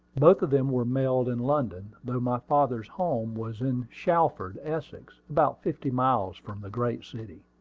both of them were mailed in london, though my father's home was in shalford, essex, about fifty miles from the great city.